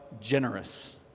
generous